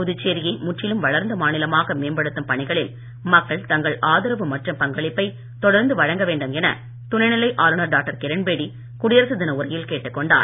புதுச்சேரியை முற்றிலும் வளர்ந்த மாநிலமாக மேம்படுத்தும் பணிகளில் மக்கள் தங்கள் ஆதரவு மற்றும் பங்களிப்பை தொடர்ந்து வழங்க வேண்டும் என துணைநிலை ஆளுநர் டாக்டர் கிரண்பேடி குடியரசுத் தின உரையில் கேட்டுக் கொண்டார்